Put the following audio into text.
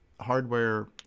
hardware